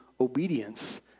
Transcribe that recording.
obedience